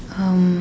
um